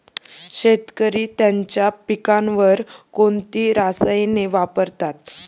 शेतकरी त्यांच्या पिकांवर कोणती रसायने वापरतात?